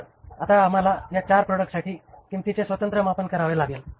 तर आता आम्हाला या 4 प्रॉडक्टसाठी किंमतीचे स्वतंत्र मापन करावे लागेल